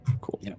Cool